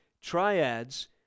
triads